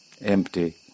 Empty